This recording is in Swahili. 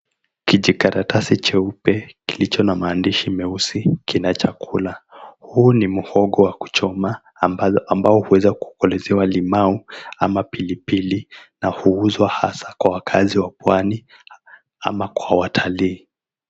Kijikaratasi cheupe kilicho na maandishi meusi kina chakula huu ni muhogo wa kuchoma ambao huweza kukolezewa limau ama pilipili na huuzwa hasa kwa wakaazi wa pwani ama watalii.